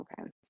Okay